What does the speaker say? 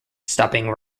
stopping